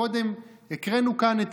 מקודם הקראנו כאן את